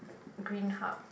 green hub